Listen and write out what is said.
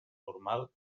normal